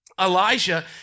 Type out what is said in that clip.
Elijah